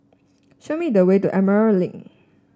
show me the way to Emerald Link